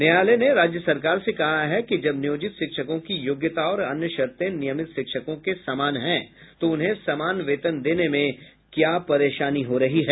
न्यायालय ने राज्य सरकार से कहा है कि जब नियोजित शिक्षकों की योग्यता और अन्य शर्ते नियमित शिक्षकों के समान हैं तो उन्हें समान वेतन देने में क्या परेशानी है